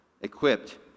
equipped